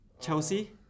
Chelsea